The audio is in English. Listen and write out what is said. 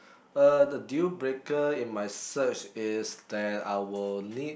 uh the dealbreaker in my search is that I will need